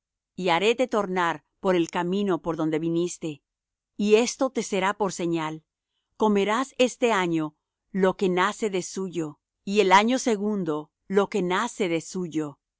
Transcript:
y haréte tornar por el camino por donde viniste y esto te será por señal comerás este año lo que nace de suyo y el año segundo lo que nace de suyo